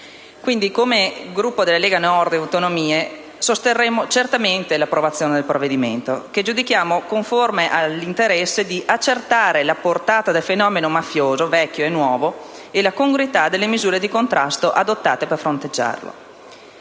Come Gruppo della Lega Nord e Autonomie sosterremo certamente l'approvazione del provvedimento che giudichiamo conforme all'interesse di accertare la portata del fenomeno mafioso, vecchio e nuovo, e la congruità delle misure di contrasto adottate per fronteggiarlo.